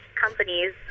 companies